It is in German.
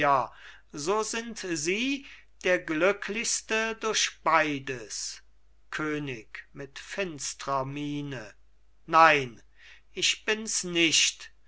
so sind sie der glücklichste durch beides könig mit finstrer miene nein ich bins nicht